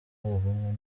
ubumwe